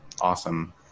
awesome